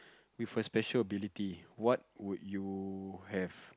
with a special ability what would you have